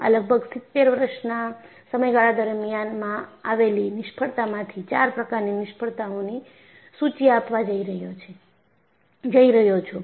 આ લગભગ 70 વર્ષના સમય ગાળા દરમ્યાનમાં આવેલી નિષ્ફળતામાંથી 4 પ્રકારની નિષ્ફળતાઓની સુચિ આપવા જઈ રહ્યો છું